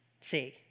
See